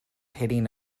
hitting